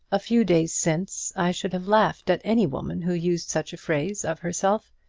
a few days since i should have laughed at any woman who used such a phrase of herself,